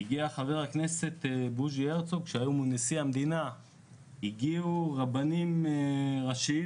מכל קצווי הקשת הפוליטית, רבנים ראשיים